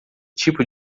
tipo